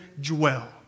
dwell